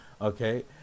okay